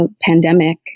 pandemic